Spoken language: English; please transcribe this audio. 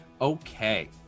okay